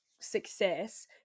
success